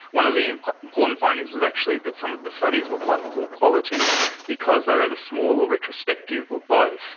one of the important findings was actually that some of the studies were quite poor quality because they were either small or retrospective or but